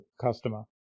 customer